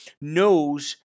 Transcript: knows